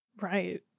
right